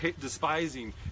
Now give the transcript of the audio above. despising